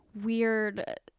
weird